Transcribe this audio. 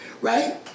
Right